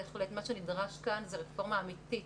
מה שנדרש כאן, זאת רפורמה אמיתית